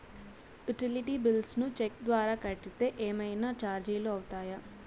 Utility bills ను cheque ద్వారా కట్టితే ఏమన్నా చార్జీలు అవుతాయా?